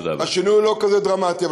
השינוי הוא לא כזה דרמטי.